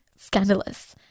Scandalous